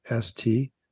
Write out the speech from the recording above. ST